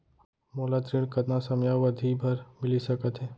मोला ऋण कतना समयावधि भर मिलिस सकत हे?